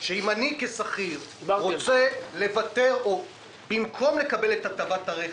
שאם כשכיר אני רוצה במקום לקבל את הטבת הרכב,